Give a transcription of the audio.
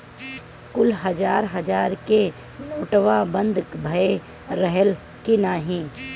कुल हजार हजार के नोट्वा बंद भए रहल की नाही